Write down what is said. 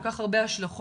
כל כך הרבה השלכות,